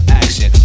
action